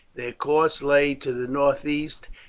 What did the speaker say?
their course lay to the northeast,